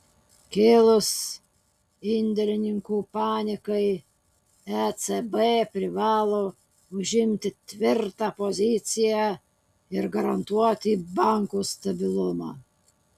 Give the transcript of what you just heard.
kilus indėlininkų panikai ecb privalo užimti tvirtą poziciją ir garantuoti bankų stabilumą